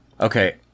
Okay